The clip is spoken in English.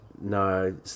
no